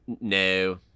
No